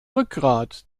rückgrat